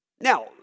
Now